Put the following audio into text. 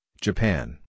Japan